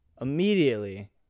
Immediately